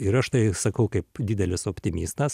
ir aš tai sakau kaip didelis optimistas